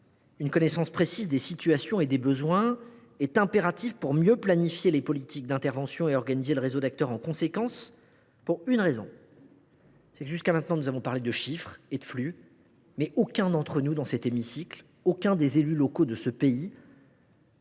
Une connaissance précise des situations et des besoins est impérative pour mieux planifier les politiques d’intervention et organiser le réseau d’acteurs en conséquence, pour une raison : jusqu’à maintenant, nous avons parlé de chiffres et de flux, mais aucun d’entre nous dans cet hémicycle et aucun des élus locaux de ce pays